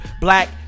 black